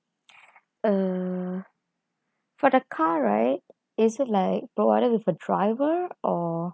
uh for the car right is it like provided with a driver or